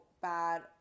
bad